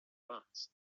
rocks